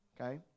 Okay